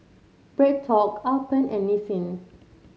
BreadTalk Alpen and Nissin